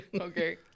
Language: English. okay